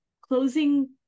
closing